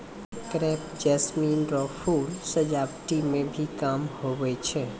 crepe jasmine रो फूल सजावटी मे भी काम हुवै छै